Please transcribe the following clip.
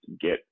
get